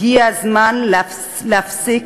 הגיע הזמן להפסיק